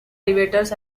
elevators